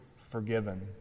forgiven